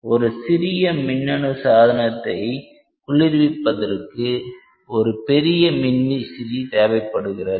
ஒரு சிறிய மின்னணு சாதனத்தை குளிர்விற்பதற்கு ஒரு பெரிய மின்விசிறி தேவைப்படுகிறது